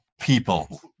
people